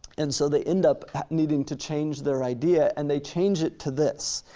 and so they end up needing to change their idea and they change it to this.